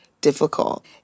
difficult